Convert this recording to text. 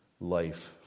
life